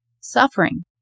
suffering